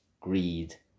greed